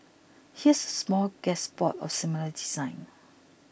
here's a smorgasbord of similar designs